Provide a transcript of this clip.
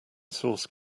source